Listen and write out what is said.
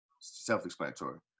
Self-explanatory